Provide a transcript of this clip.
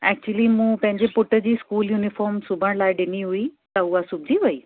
actually मूं पंहिंजे पुट जी स्कूल यूनिफ़ॉर्म सुबण लाइ ॾिनी हुई त उहा सुबिजी वई